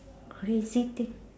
crazy thing